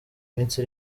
minsi